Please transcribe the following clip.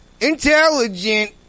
intelligent